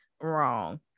Wrong